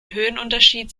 höhenunterschied